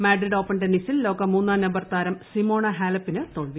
Madrid Open ടെന്നീസിൽ ലോക മൂന്നാം നമ്പർ താരം സിമോണ ഹാലെപ്പിന് തോൽവി